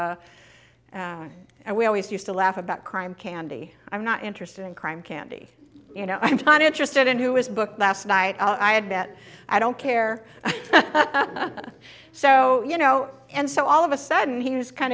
and we always used to laugh about crime candy i'm not interested in crime candy you know i'm not interested in who is booked last night i had that i don't care so you know and so all of a sudden he was kind